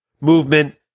movement